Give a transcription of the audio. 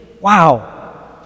wow